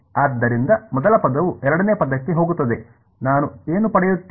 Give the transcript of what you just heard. ಆದ್ದರಿಂದ ಮೊದಲ ಪದವು ಎರಡನೆಯ ಪದಕ್ಕೆ ಹೋಗುತ್ತದೆ ನಾನು ಏನು ಪಡೆಯುತ್ತೇನೆ